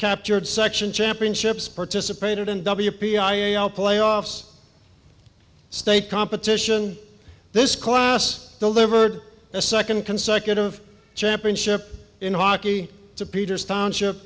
captured section championships participated in w p i a all playoffs state competition this class delivered a second consecutive championship in hockey to peters township